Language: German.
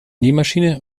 nähmaschine